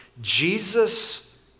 Jesus